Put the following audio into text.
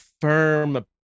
firm